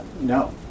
No